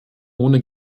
ohne